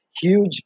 huge